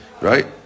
right